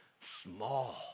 small